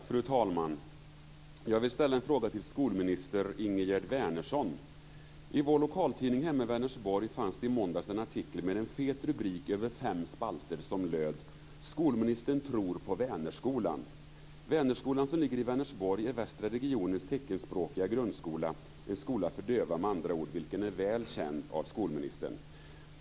Fru talman! Jag vill ställa en fråga till skolminister Ingegerd Wärnersson. I vår lokaltidning hemma i Vänersborg fanns det i måndags en artikel med en fet rubrik över fem spalter som löd: Skolministern tror på Vänerskolan, som ligger i Vänersborg, är västra regionens teckenspråkiga grundskola. Det är med andra ord en skola för döva, vilken är väl känd av skolministern.